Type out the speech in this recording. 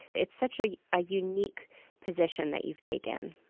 it's such a ah unique position that you've taken